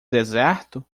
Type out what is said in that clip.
deserto